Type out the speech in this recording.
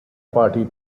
party